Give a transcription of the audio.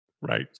Right